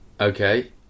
Okay